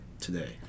today